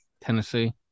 Tennessee